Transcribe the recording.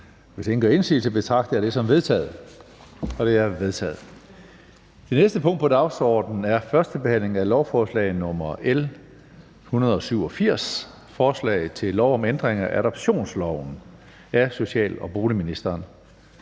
Hvis ingen gør indsigelse, betragter jeg det som vedtaget. Det er vedtaget. --- Det næste punkt på dagsordenen er: 10) 1. behandling af lovforslag nr. L 187: Forslag til lov om ændring af adoptionsloven. (Håndtering